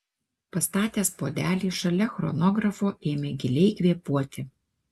pastatęs puodelį šalia chronografo ėmė giliai kvėpuoti